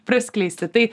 praskleisti tai